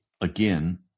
Again